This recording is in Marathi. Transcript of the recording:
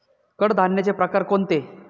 कडधान्याचे प्रकार कोणते?